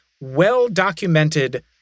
well-documented